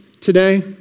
today